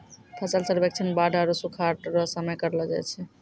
फसल सर्वेक्षण बाढ़ आरु सुखाढ़ रो समय करलो जाय छै